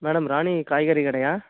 madam Rani காய்கறி கடையா